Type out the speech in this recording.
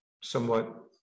somewhat